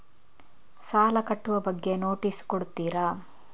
ಸಾಲ ಕಟ್ಟುವ ಬಗ್ಗೆ ನೋಟಿಸ್ ಕೊಡುತ್ತೀರ?